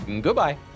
Goodbye